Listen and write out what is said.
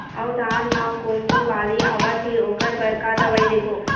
अऊ धान म कोमटो बाली आवत हे ओकर बर का दवई देबो?